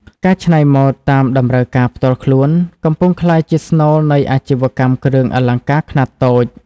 ការច្នៃម៉ូដតាមតម្រូវការផ្ទាល់ខ្លួន កំពុងក្លាយជាស្នូលនៃអាជីវកម្មគ្រឿងអលង្ការខ្នាតតូច។